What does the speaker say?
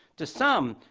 to some,